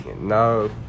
no